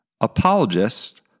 Apologists